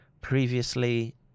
previously